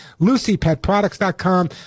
LucyPetProducts.com